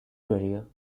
career